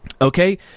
Okay